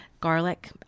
garlic